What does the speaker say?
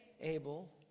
Abel